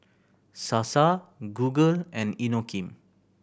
Sasa Google and Inokim